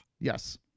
Yes